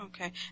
Okay